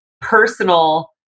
personal